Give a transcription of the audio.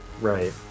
Right